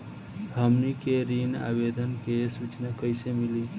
हमनी के ऋण आवेदन के सूचना कैसे मिली?